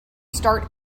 start